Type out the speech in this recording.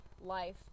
life